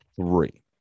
three